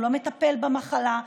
הוא לא מטפל במחלה,